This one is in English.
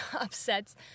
upsets